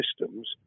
systems